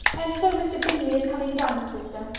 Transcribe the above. and so mr. bingley is coming down, sister,